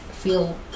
feel